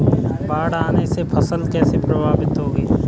बाढ़ आने से फसल कैसे प्रभावित होगी?